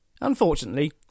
Unfortunately